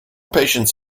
patients